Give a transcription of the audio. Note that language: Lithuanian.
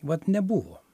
vat nebuvo